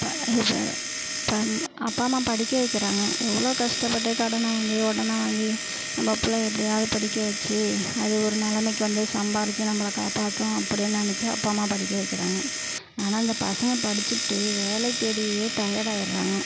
இப் இப்போ அப்பா அம்மா படிக்க வைக்கிறாங்க எவ்வளோ கஷ்டப்பட்டு கடனை வாங்கி உடன வாங்கி நம்ம பிள்ளைய எப்படியாவது படிக்க வச்சு அது ஒரு நிலமைக்கி வந்து சம்பாதிச்சு நம்மள காப்பற்றும் அப்படின்னு நினச்சு அப்பா அம்மா படிக்க வைக்கிறாங்க ஆனால் இந்த பசங்கள் படிச்சுப்புட்டு வேலை தேடியே டையட் ஆகிட்றாங்க